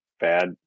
bad